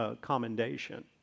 commendation